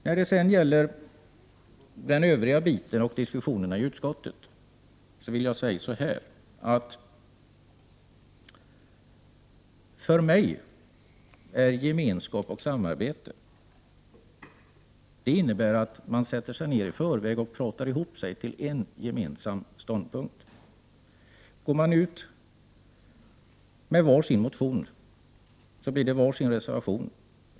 När det gäller de övriga diskussionerna i utskottet vill jag säga, att för mig innebär gemenskap och samarbete att man sätter sig ned i förväg och kommer överens om en gemensam ståndpunkt. Går man ut med var sin motion, blir det så småningom var sin reservation.